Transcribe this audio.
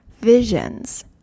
visions